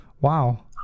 Wow